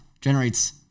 generates